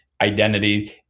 identity